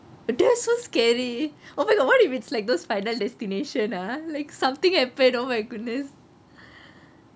that's so scary oh my god what if it's like those final destination ah like something happen ah oh my goodness